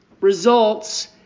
results